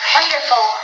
Wonderful